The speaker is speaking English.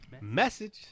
message